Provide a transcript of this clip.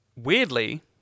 Weirdly